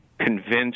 convinced